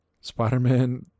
spider-man